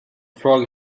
frog